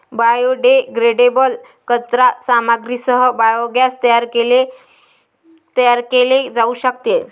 biodegradable कचरा सामग्रीसह biogas तयार केले जाऊ शकते